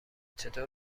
چطور